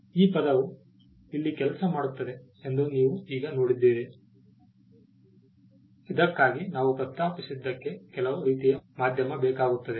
ಈ ಪದವು ಇಲ್ಲಿ ಕೆಲಸ ಮಾಡುತ್ತದೆ ಎಂದು ನೀವು ಈಗ ನೋಡಿದ್ದೀರಿ ಇದಕ್ಕಾಗಿ ನಾವು ಪ್ರಸ್ತಾಪಿಸಿದ್ದಕ್ಕೆ ಕೆಲವು ರೀತಿಯ ಮಾಧ್ಯಮ ಬೇಕಾಗುತ್ತದೆ